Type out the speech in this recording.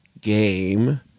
game